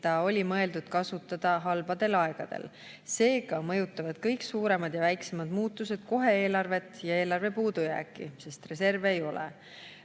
mida oli mõeldud kasutada halbadel aegadel. Seega mõjutavad kõik suuremad ja väiksemad muutused kohe eelarvet ja eelarve puudujääki, sest reserve ei ole.